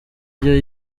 byo